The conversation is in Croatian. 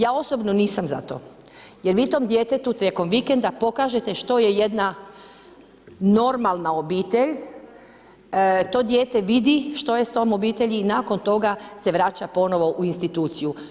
Ja osobno nisam za to jer vi tom djetetu tijekom vikenda pokažete što je jedna normalna obitelj, to dijete vidi što je s tom obitelji i nakon toga se vraća ponovo u instituciju.